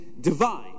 divine